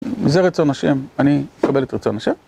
זה רצון השם, אני אקבל את רצון השם.